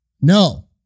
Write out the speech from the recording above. No